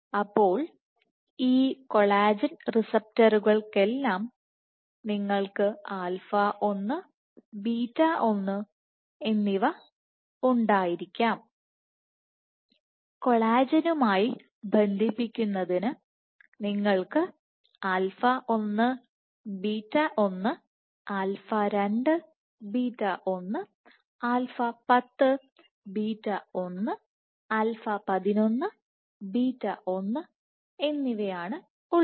അപ്പോൾ ഈ കൊളാജൻ റിസപ്റ്ററുകൾക്കെല്ലാം നിങ്ങൾക്ക് ആൽഫ 1𝝰 1 ബീറ്റ 1 β 1എന്നിവ ഉണ്ടായിരിക്കാം കൊളാജനുമായി ബന്ധിപ്പിക്കുന്നതിന് നിങ്ങൾക്ക് alpha 1 𝝰 1 beta 1 β 1 alpha 2 𝝰 2 beta 1β 1 alpha 10𝝰 10 beta 1β 1 alpha 11𝝰 11 beta 1 β 1 എന്നിവ ആണ് ഉള്ളത്